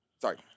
Sorry